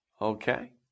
Okay